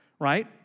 right